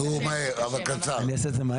בקצרה.